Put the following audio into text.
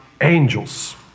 angels